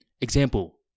Example